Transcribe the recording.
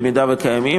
אם קיימים.